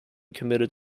committed